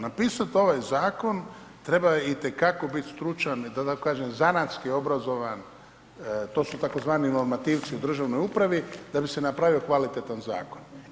Napisati ovaj zakon treba itekako treba biti stručan, da tako kažem, zanatski obrazovan, to su tzv. normativci u državnoj upravi da bi se napravio kvalitetan zakon.